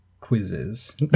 quizzes